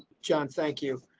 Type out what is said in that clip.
john. thank you.